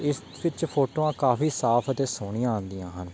ਇਸ ਵਿੱਚ ਫੋਟੋਆਂ ਕਾਫੀ ਸਾਫ ਅਤੇ ਸੋਹਣੀਆਂ ਆਉਂਦੀਆਂ ਹਨ